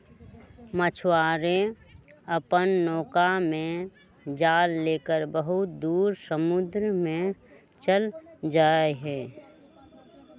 मछुआरे अपन नौका में जाल लेकर बहुत दूर समुद्र में चल जाहई